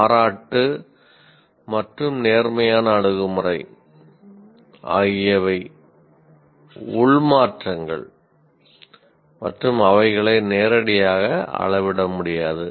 பாராட்டு மற்றும் நேர்மறையான அணுகுமுறை ஆகியவை உள் மாற்றங்கள் மற்றும் அவைகளை நேரடியாக அளவிட முடியாது